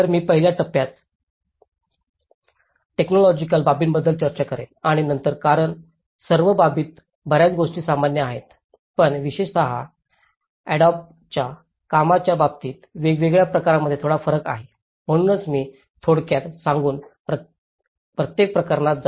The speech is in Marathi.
तर मी पहिल्या प्रकरणात टेक्नॉलॉजिकल बाबींबद्दल चर्चा करेन आणि नंतर कारण सर्व बाबतींत बर्याच गोष्टी सामान्य आहेत पण विशेषत अॅडॉबच्या बांधकामाच्या बाबतीत वेगवेगळ्या प्रकरणांमध्ये थोडा फरक आहे म्हणून मी थोडक्यात सांगू प्रत्येक प्रकरणात जा